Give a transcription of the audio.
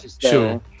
Sure